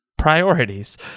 Priorities